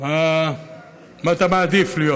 מה אתה מעדיף להיות,